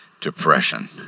depression